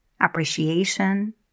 appreciation